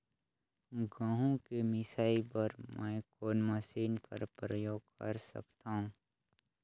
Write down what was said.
गहूं के मिसाई बर मै कोन मशीन कर प्रयोग कर सकधव?